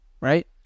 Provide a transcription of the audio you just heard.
right